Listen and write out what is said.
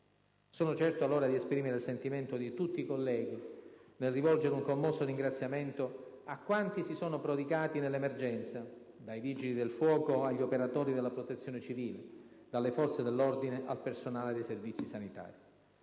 Sono certo allora di esprimere il sentimento di tutti i colleghi nel rivolgere un commosso ringraziamento a quanti si sono prodigati nell'emergenza, dai Vigili del fuoco agli operatori della Protezione civile, dalle forze dell'ordine al personale dei servizi sanitari.